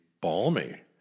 balmy